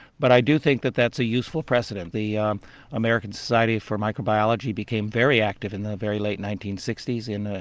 but i do think that that's a useful precedent the um american society for microbiology became very active in the very late nineteen sixty s in ah